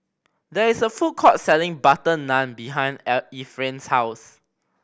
there is a food court selling butter naan behind Efrain's house